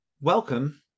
Welcome